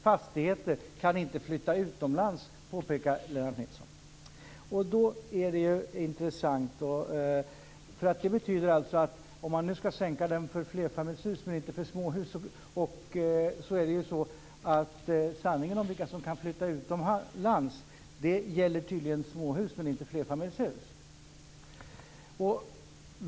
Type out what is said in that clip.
Fastigheter kan inte flytta utomlands. Det betyder alltså att om fastighetsskatten skall sänkas för flerfamiljshus, men inte för småhus, är sanningen om vilka som kan flytta utomlands att det tydligen gäller småhus, inte flerfamiljshus.